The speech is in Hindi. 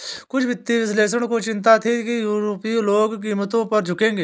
कुछ वित्तीय विश्लेषकों को चिंता थी कि यूरोपीय लोग कीमतों पर झुकेंगे